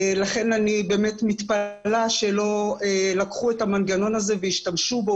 לכן אני באמת מתפלאה שלא לקחו את המנגנון הזה והשתמשו בו.